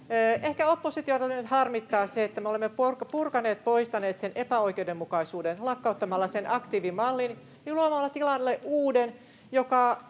Ehkä oppositiota harmittaa se, että me olemme purkaneet, poistaneet sen epäoikeudenmukaisuuden lakkauttamalla aktiivimallin ja luomalla tilalle uuden,